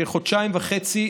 כחודשיים וחצי,